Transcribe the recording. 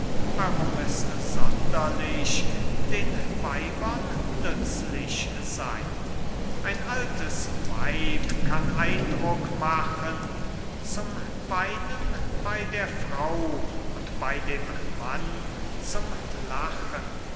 es sonderlich den weibern nützlich sei ein altes weib kann eindruck machen zum weinen bei der frau und bei dem mann zum lachen